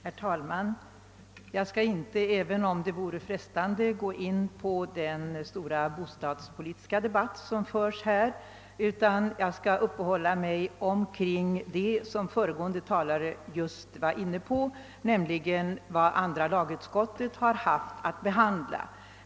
Herr talman! Jag skall inte, även om det vore frestande, gå in på den stora bostadspolitiska debatt som förs här, utan jag skall uppehålla mig vid vad den föregående talaren var inne på, nämligen den del av detta ärende som andra lagutskottet haft att behandla.